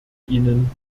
ihnen